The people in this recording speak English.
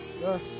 Yes